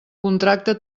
contracte